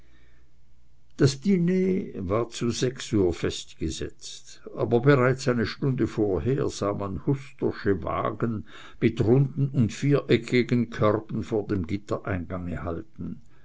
das diner war zu sechs uhr festgesetzt aber bereits eine stunde vorher sah man hustersche wagen mit runden und viereckigen körben vor dem gittereingange halten